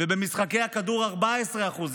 במשחקי כדור, 14%,